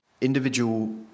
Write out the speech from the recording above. individual